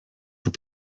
vous